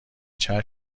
چشم